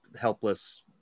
helpless